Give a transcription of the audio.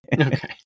Okay